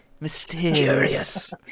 Mysterious